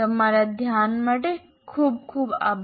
તમારા ધ્યાન માટે ખૂબ ખૂબ આભાર